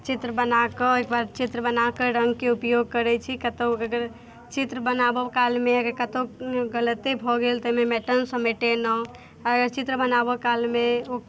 चित्र बनाकऽ ओइकेबाद चित्र बनाकऽ रङ्गके उपयोग करै छी कतौ अगर चित्र बनाबऽ कालमे अगर कतौ गलते भऽ गेल तऽ ओइमे मेटनसँ मेटेनौ अगर चित्र बनाबऽ कालमे